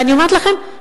ואני אומרת לכם,